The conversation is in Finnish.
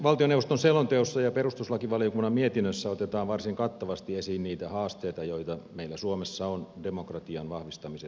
valtioneuvoston selonteossa ja perustuslakivaliokunnan mietinnössä otetaan varsin kattavasti esiin niitä haasteita joita meillä suomessa on demokratian vahvistamisessa